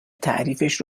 تعریفش